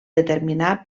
determinar